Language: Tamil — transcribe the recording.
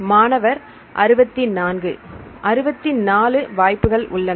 மாணவர் 64 64 வாய்ப்புகள் உள்ளன